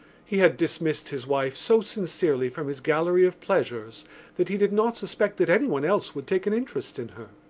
he had dismissed his wife so sincerely from his gallery of pleasures that he did not suspect that anyone else would take an interest in her.